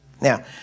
Now